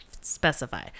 specify